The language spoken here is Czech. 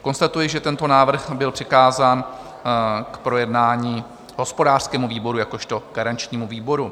Konstatuji, že tento návrh byl přikázán k projednání hospodářskému výboru jakožto garančnímu výboru.